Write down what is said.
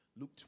Luke